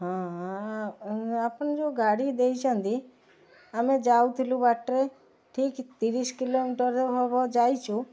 ହଁ ଆପଣ ଯେଉଁ ଗାଡ଼ି ଦେଇଛନ୍ତି ଆମେ ଯାଉଥିଲୁ ବାଟରେ ଠିକ୍ ତିରିଶି କିଲୋମିଟର ହେବ ଯାଇଛୁ